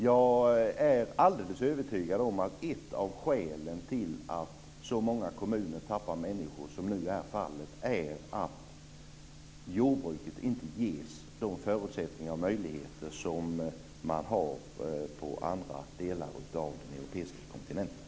Jag är alldeles övertygad om att ett av skälen till att så många kommuner tappar människor som nu är fallet är att jordbruket inte ges de förutsättningar och möjligheter som man har på andra delar av den europeiska kontinenten.